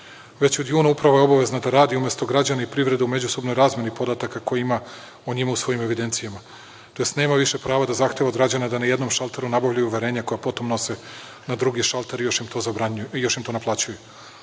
Već od juna uprava je obavezna da radi, umesto građani i privrede u međusobnoj razmeni podataka koji ima o njima u svojim evidencijama, tj. nema više pravo da zahteva od građana da na jednom šalteru nabavljaju uverenja koja potom nose na drugi šalter i još im to naplaćuju.